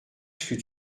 fut